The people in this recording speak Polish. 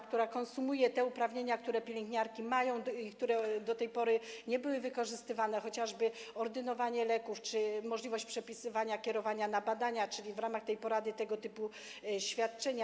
Konsumuje ona te uprawnienia, które pielęgniarki mają i które do tej pory nie było wykorzystywane, jak chociażby ordynowanie leków czy możliwość przepisywania, kierowania na badania, czyli w ramach tej porady będą tego typu świadczenia.